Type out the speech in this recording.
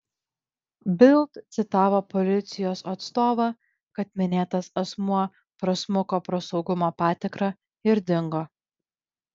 bild citavo policijos atstovą kad minėtas asmuo prasmuko pro saugumo patikrą ir dingo